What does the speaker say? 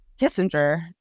Kissinger